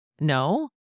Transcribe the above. No